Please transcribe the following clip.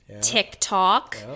TikTok